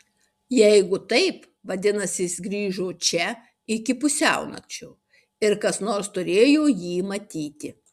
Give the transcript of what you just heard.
jeigu taip vadinasi jis grįžo čia iki pusiaunakčio ir kas nors turėjo jį matyti